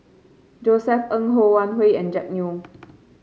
Josef Ng Ho Wan Hui and Jack Neo